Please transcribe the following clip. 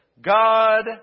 God